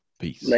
peace